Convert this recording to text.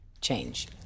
change